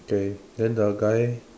okay then the guy